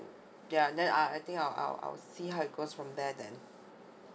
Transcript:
ya and then I I think I'll I'll I'll see how it goes from there then